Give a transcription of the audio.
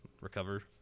recover